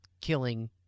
killing